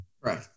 Right